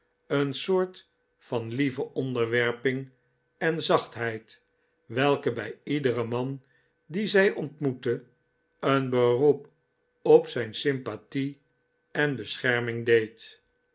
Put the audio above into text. een soort van lieve onderwerping en zachtheid welke bij iederen man dien zij ontmoette een beroep op zijn sympathie en bescherming deed